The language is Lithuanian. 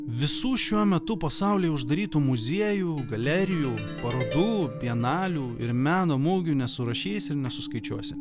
visų šiuo metu pasauly uždarytų muziejų galerijų parodų bienalių ir meno mugių nesurašysi ir nesuskaičiuosi